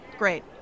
Great